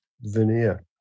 veneer